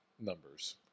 numbers